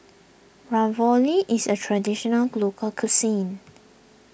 Ravioli is a Traditional Local Cuisine